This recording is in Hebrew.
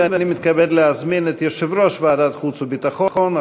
ואני מתכבד להזמין את יושב-ראש ועדת חוץ וביטחון,